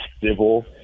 civil